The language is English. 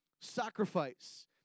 sacrifice